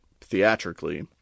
theatrically